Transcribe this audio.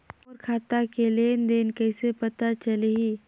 मोर खाता के लेन देन कइसे पता चलही?